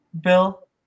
Bill